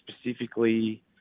specifically